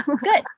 Good